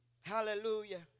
Hallelujah